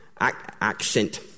accent